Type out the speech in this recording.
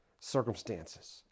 circumstances